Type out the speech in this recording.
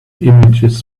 images